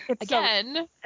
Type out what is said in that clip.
Again